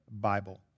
Bible